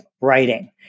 writing